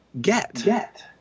get